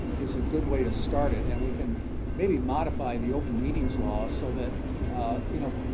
is a good way to start it. and we can maybe modify the open meetings law so that you know,